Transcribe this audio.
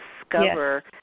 discover